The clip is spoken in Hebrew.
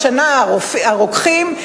השנה הרוקחים,